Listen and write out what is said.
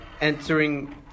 entering